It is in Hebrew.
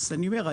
אז אני אומר,